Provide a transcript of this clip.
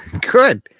Good